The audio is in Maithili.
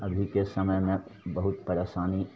अभीके समयमे बहुत परेशानी